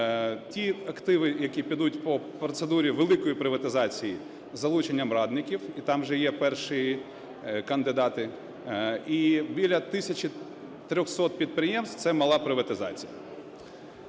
Ті активи, які підуть по процедурі великої приватизації із залученням радників, там вже є перші кандидати, і біля тисячі трьохсот підприємств – це мала приватизація.